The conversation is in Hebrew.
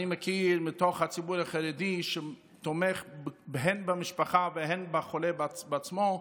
אני מכיר כאלה בתוך הציבור החרדי שתומכים הן במשפחה והן בחולה עצמו,